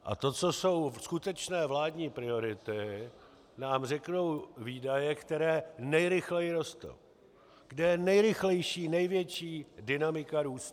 A to, co jsou skutečné vládní priority, nám řeknou výdaje, které nejrychleji rostou, kde je nejrychlejší, největší dynamika růstu.